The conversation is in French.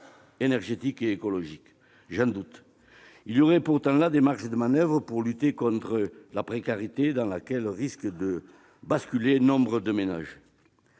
énergétique et écologique ? Pour ma part, j'en doute ! Il y aurait pourtant là des marges de manoeuvre pour lutter contre la précarité dans laquelle risquent de basculer nombre de ménages.